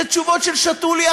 אלה תשובות של "שתו לי,